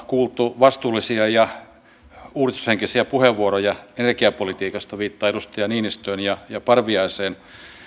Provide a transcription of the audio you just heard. kuultu vastuullisia ja uudistushenkisiä puheenvuoroja energiapolitiikasta viittaan edustaja niinistöön ja parviaiseen